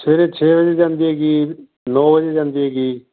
ਸਵੇਰੇ ਛੇ ਵਜੇ ਜਾਂਦੀ ਹੈਗੀ ਨੌਂ ਵਜੇ ਵੀ ਜਾਂਦੀ ਹੈਗੀ